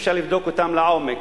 אפשר לבדוק אותם לעומק.